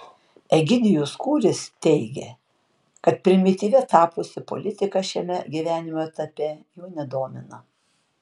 egidijus kūris teigia kad primityvia tapusi politika šiame gyvenimo etape jo nedomina